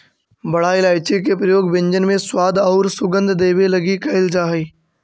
बड़ा इलायची के प्रयोग व्यंजन में स्वाद औउर सुगंध देवे लगी कैइल जा हई